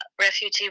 refugee